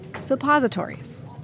suppositories